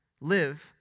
live